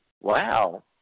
wow